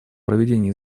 проведение